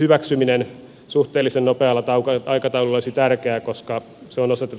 hyväksyminen suhteellisen nopealla aikataululla olisi tärkeää koska se on osa tätä direktiivin toimeenpanoa